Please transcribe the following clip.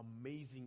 amazing